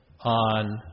on